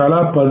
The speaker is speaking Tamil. தலா 11